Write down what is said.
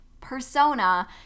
persona